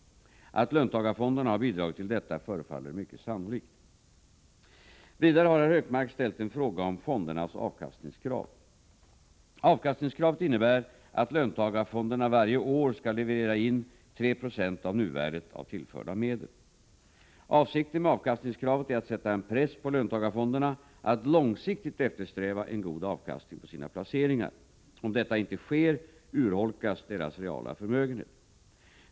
Att löntagarfonderna har bidragit till detta förefaller mycket sannolikt. Vidare har herr Hökmark ställt en fråga om fondernas avkastningskrav. Avkastningskravet innebär att löntagarfonderna varje år skall leverera in 390 av nuvärdet av tillförda medel. Avsikten med avkastningskravet är att sätta en press på löntagarfonderna att långsiktigt eftersträva en god avkastning på sina placeringar. Om detta inte sker urholkas deras reala förmögenhet.